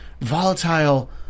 volatile